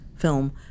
film